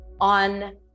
on